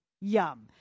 Yum